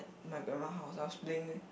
my grandma house I was playing